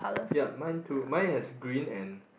yup mine too mine has green and